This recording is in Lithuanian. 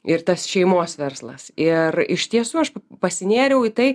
ir tas šeimos verslas ir iš tiesų aš pasinėriau į tai